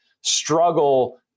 struggle